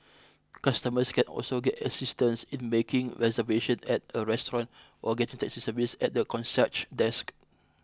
customers can also get assistance in making reservation at a restaurant or getting taxi service at the concierge desk